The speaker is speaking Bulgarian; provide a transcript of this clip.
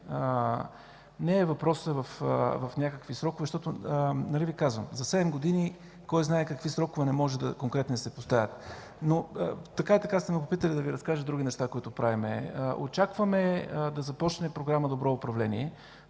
Не е въпросът в някакви срокове, защото, нали Ви казвам, за седем години кой знае какви конкретни срокове не могат да се поставят. Но, така и така сте ме попитали, да Ви разкажа други неща, които правим. Очакваме да започне Програма „Добро управление”,